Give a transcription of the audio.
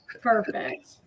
Perfect